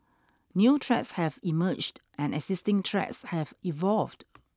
new threats have emerged and existing threats have evolved